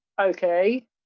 Okay